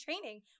training